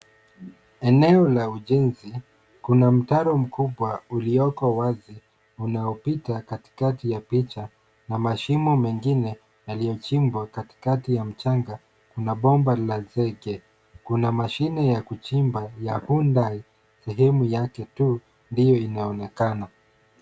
Eneo la ujenzi. Kuna mtaro mkubwa ulioko wazi unaopita katikati ya picha na mashimo mengine yaliyochimbwa katikati ya mchanga kuna bomba la zege. Kuna mashine ya kuchimba ya hyundai sehemu yake tu ndio inaonekana.